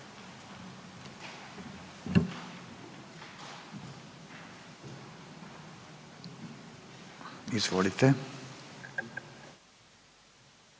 Izvolite.